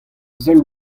seul